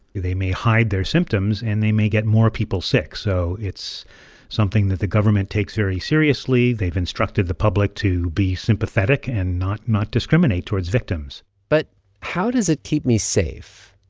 they may hide their symptoms. and they may get more people sick. so it's something that the government takes very seriously. they've instructed the public to be sympathetic and not not discriminate towards victims but how does it keep me safe?